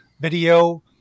Video